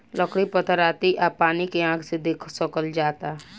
लकड़ी पत्थर आती आ पानी के आँख से देख सकल जाला